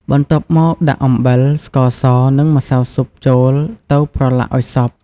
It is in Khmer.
បន្ទាប់មកដាក់អំបិល ស្ករស និងម្សៅស៊ុប ចូលទៅប្រឡាក់ឲ្យសព្វ។